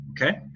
okay